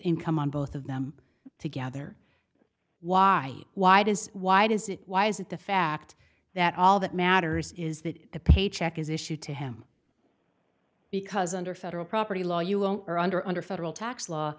income on both of them together why why does why does it why is it the fact that all that matters is that the paycheck is issued to him because under federal property law you won't or under under federal tax law